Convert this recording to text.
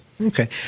Okay